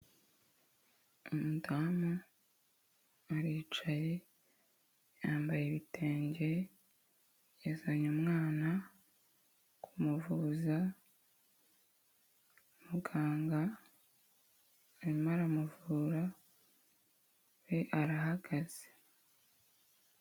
Umudamu aricaye, yambaye ibitenge, yazanye umwana kumuvuza, muganga arimo aramuvura we arahagaze.